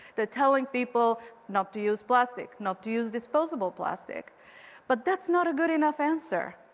they're telling people not to use plastic, not to use disposable plastic but that's not a good enough answer.